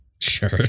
Sure